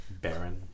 Baron